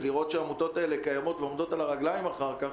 ולראות שהעמותות האלה קיימות ועומדות על הרגליים אחר כך.